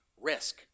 risk